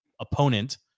opponent